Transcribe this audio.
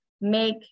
make